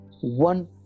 One